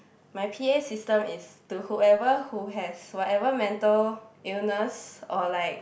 my p_a system is to whoever who has whatever mental illness or like